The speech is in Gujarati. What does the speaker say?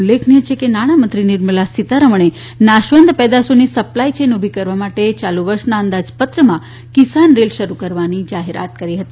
ઉલ્લેખનીય છે કે નાણાં મંત્રી નિર્મળા સીતારામણે નાશવંત પેદાશોની સપ્લાય ચેન ઊભી કરવા માટે ચાલુ વર્ષના અંદાજપત્રમાં કિસાન રેલ શરૂ કરવાની જાહેરાત કરી હતી